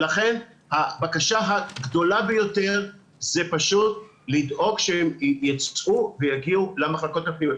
הבקשה הגדולה ביותר זה לדאוג שהם יגיעו למחלקות הפנימיות.